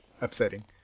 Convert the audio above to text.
Upsetting